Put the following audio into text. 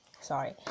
sorry